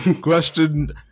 Question